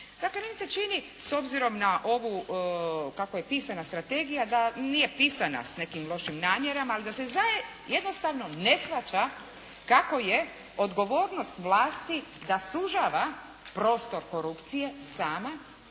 meni se čini, s obzirom na ovu kako je pisana strategija da nije pisana s nekim lošim namjerama, ali da se jednostavno ne shvaća kako je odgovornost vlasti da sužava prostor korupcije sama